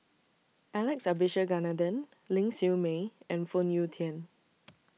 Alex Abisheganaden Ling Siew May and Phoon Yew Tien